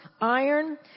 iron